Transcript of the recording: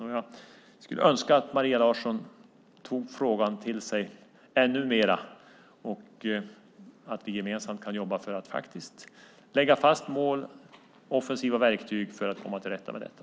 Jag skulle önska att Maria Larsson tog frågan till sig ännu mer och att vi gemensamt kunde jobba för att faktiskt lägga fast mål och skapa offensiva verktyg för att komma till rätta med detta.